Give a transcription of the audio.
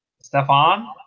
Stefan